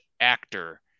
actor